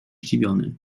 zdziwiony